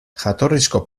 jatorrizko